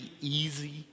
easy